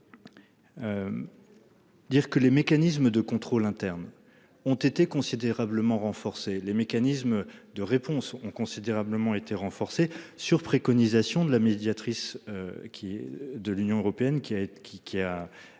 Dire que les mécanismes de contrôle internes ont été considérablement renforcer les mécanismes de réponse ont considérablement été renforcée sur préconisation de la médiatrice. Qui de l'Union européenne qui a qui